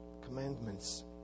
commandments